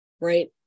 right